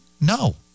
No